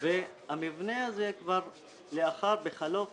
המבנה הזה בחלוף